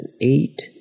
eight